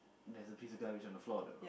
there's a piece of garbage on the floor though